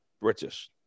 British